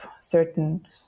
certain